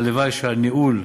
הלוואי שהניהול,